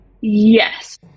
Yes